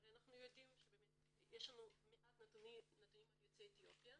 יש לנו מעט נתונים על יוצאי אתיופיה,